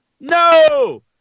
No